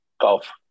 golf